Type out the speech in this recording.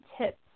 tips